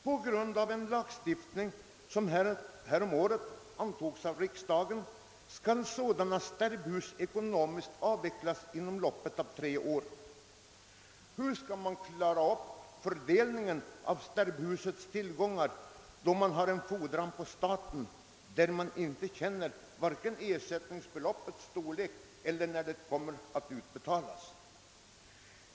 Enligt den lagstiftning som häromåret antogs av riksdagen skall sådana sterbhus ekonomiskt avvecklas inom loppet av tre år. Hur skall man kunna fördela sterbhusets tillgångar när man har en fordran på staten i form av ett ersättningsbelopp, vars storlek man inte känner till, och när man dessutom inte vet tidpunkten rör dess utbetalande?